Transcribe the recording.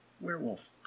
Werewolf